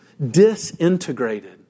disintegrated